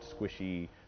squishy